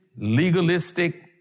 legalistic